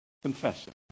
Confession